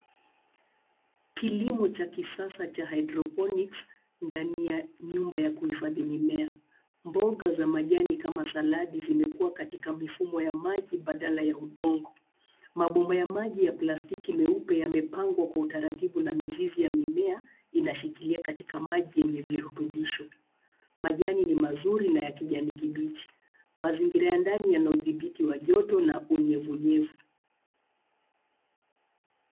Kilimo cha kisasa cha hydroponics ndani ya nyumba ya kuhifadhi mimea. Mboga za majani kama saladi zimekua katika mifumo ya maji badala ya udongo. Mabomba ya maji ya plastiki meupe yamepangwa kwa utaratibu na mizizi ya mimea inashikilia katika maji yenye virutubisho. Majani ni mazuri na ya kijani kibichi, mazingira ya ndani yana udhibiti wa joto na unyevunyevu.